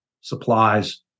supplies